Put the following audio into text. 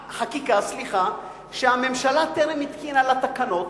חקיקה, סליחה, שהממשלה טרם התקינה לה תקנות.